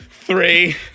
three